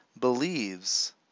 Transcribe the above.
believes